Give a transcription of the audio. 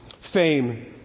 Fame